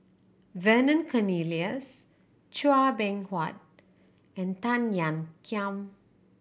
Vernon Cornelius Chua Beng Huat and Tan Ean Kiam